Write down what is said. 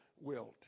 wilt